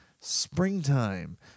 springtime